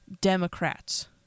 Democrats